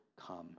come